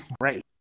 Right